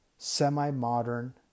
semi-modern